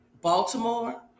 Baltimore